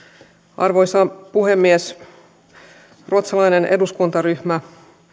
arvoisa puhemies ruotsalainen eduskuntaryhmä